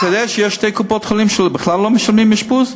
אתה יודע שיש שתי קופות-חולים שבכלל לא משלמות על אשפוז?